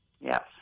Yes